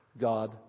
God